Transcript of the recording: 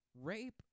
rape